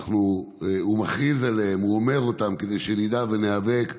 הוא מכריז עליהם, אומר אותם, כדי שנדע וניאבק.